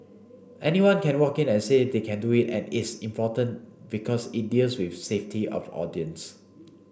anyone can walk in and say they can do it and it's important because it deals with safety of audience